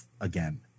again